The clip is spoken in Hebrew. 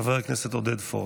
חבר הכנסת עודד פורר.